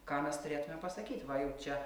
ką mes turėtume pasakyt va jau čia